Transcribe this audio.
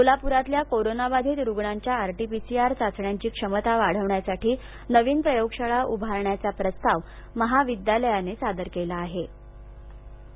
सोलापूरातल्या कोरोनाबाधित रुग्णांच्याआरटीपीसीआर चाचण्यांची क्षमता वाढवण्यासाठी नवीन प्रयोगशाळा उभारण्याचा प्रस्ताव महाविद्यालयाने सादर केला आहे होता